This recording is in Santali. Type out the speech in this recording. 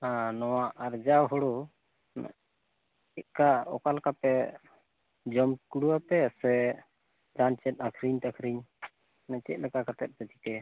ᱟᱻ ᱱᱚᱣᱟ ᱟᱨᱡᱟᱣ ᱦᱳᱲᱳ ᱪᱮᱫᱠᱟ ᱚᱠᱟᱞᱮᱠᱟᱯᱮ ᱡᱚᱢ ᱠᱩᱲᱟᱹᱣ ᱟᱯᱮ ᱥᱮ ᱵᱟᱝᱪᱮᱫᱽ ᱟᱹᱠᱷᱨᱤᱧ ᱴᱟᱹᱠᱷᱨᱤᱧ ᱢᱟᱱᱮ ᱪᱮᱫᱽ ᱞᱮᱠᱟ ᱠᱟᱛᱮᱫ ᱯᱮ ᱪᱤᱠᱟᱹᱭᱟ